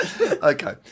Okay